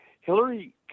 Hillary